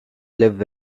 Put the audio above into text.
live